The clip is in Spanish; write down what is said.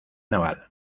naval